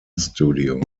studio